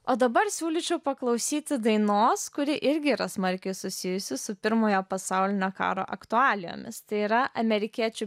o dabar siūlyčiau paklausyti dainos kuri irgi yra smarkiai susijusi su pirmojo pasaulinio karo aktualijomis tai yra amerikiečių